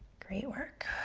great work.